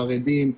חרדים,